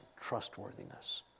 trustworthiness